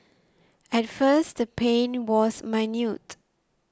at first the pain was minute